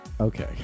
Okay